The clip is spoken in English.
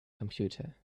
computer